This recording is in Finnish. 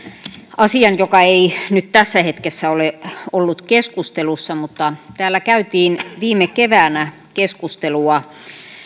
asian joka ei nyt tässä hetkessä ole ollut keskustelussa mutta täällä käytiin viime keväänä keskustelua